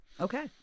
Okay